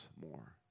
more